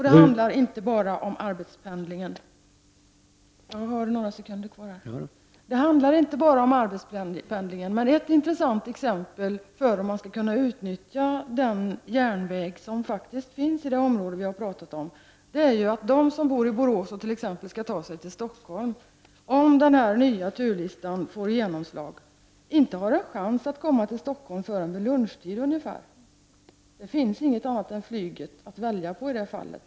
Det handlar inte bara arbetspendlingen, men det är ett intressant exempel när det gäller frågan om man skall kunna utnyttja den järnväg som faktiskt finns i det område vi talat om. Om den nya turlistan får träda i kraft har de som bor i Borås och t.ex. skall till Stockholm inte en chans att komma till Stockholm förrän ungefär vid lunchtid. Det finns inget annat än flyget att välja på i det fallet.